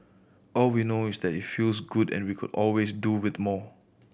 all we know is that it feels good and we could always do with more